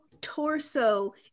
torso